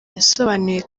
yasobanuye